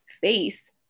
face